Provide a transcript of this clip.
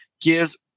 gives